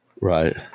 Right